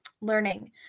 learning